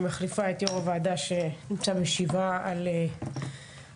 מחליפה את יו"ר הוועדה שנמצא בשבעה על אימו,